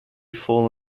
fall